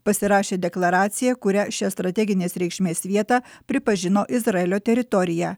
pasirašė deklaraciją kuria šią strateginės reikšmės vietą pripažino izraelio teritorija